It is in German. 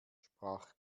sprach